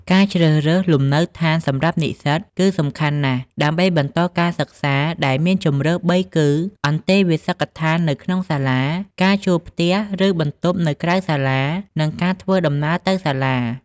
ការជ្រើសរើសលំនៅដ្ឋានសម្រាប់និសិ្សតគឺសំខាន់ណាស់ ដើម្បីបន្តការសិក្សា ដែលមានជម្រើសបីគឺ អន្តេវាសិកដ្ឋាននៅក្នុងសាលា ការជួលផ្ទះ ឬបន្ទប់នៅក្រៅសាលា និង ការធ្វើដំណើរទៅសាលា។